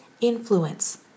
influence